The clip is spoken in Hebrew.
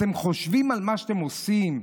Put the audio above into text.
אתם חושבים על מה שאתם עושים?